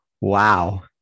Wow